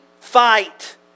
fight